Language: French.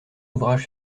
ouvrages